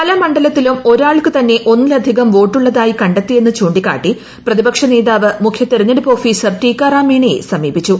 പല മണ്ഡലത്തിലും ഒരാൾക്കു തന്നെ ഒന്നിലധികം വോട്ടുള്ളതായി കണ്ടെത്തിയെന്നു ചൂണ്ടിക്കാട്ടി പ്രതിപക്ഷ നേതാവ് മുഖ്യ തെരഞ്ഞെടുപ്പ് ഓഫീസർ ടിക്കാറാം മീണയെ സമീപിച്ചു